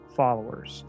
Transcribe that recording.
followers